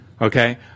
Okay